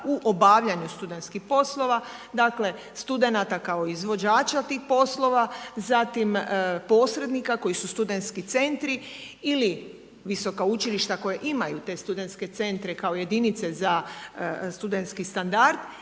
u obavljanju studentskih poslova, dakle studenata kao izvođača tih poslova, zatim posrednika koji su studentski centri ili visoka učilišta koja imaju te studentske centre kao jedinice za studentski standard